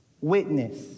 witness